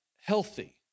healthy